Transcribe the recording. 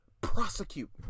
Prosecute